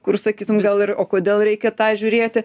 kur sakytume gal ir o kodėl reikia tą žiūrėti